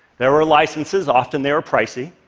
there were licenses often they were pricey.